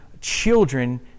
children